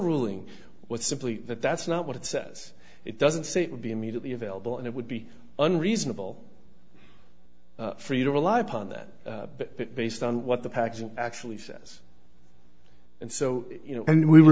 ruling was simply that that's not what it says it doesn't say it would be immediately available and it would be unreasonable for you to rely upon that based on what the pageant actually says and so you know and we